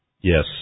Yes